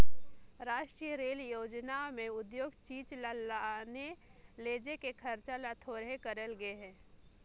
रास्टीय रेल योजना में उद्योग चीच ल लाने लेजे के खरचा ल थोरहें करल गे हे